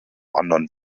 anderen